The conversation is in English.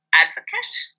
advocate